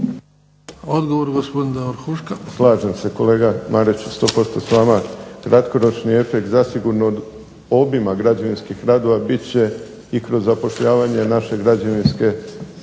Davor (HDZ)** Slažem se kolega Marić 100% s vama. Kratkoročni efekt zasigurno obima građevinskih radova bit će i kroz zapošljavanje naše građevinskih